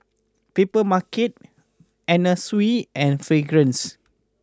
Papermarket Anna Sui and Fragrance